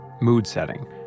mood-setting